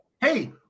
Hey